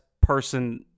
person